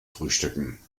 frühstücken